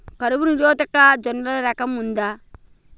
కరువు నిరోధక జొన్నల రకం ఉందా?